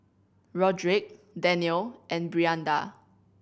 Rodrick Danniel and Brianda